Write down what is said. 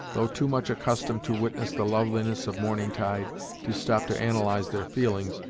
though too much accustomed to witness the loveliness of morning-tide to stop to analyze their feelings,